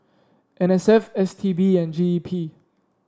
N S F S T B and G E P